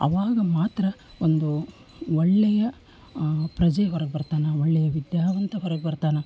ಅವಾಗ ಮಾತ್ರ ಒಂದು ಒಳ್ಳೆಯ ಪ್ರಜೆ ಹೊರಗೆ ಬರ್ತಾನೆ ಒಳ್ಳೆಯ ವಿದ್ಯಾವಂತ ಹೊರಗೆ ಬರ್ತಾನೆ